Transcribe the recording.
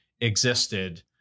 existed